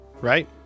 Right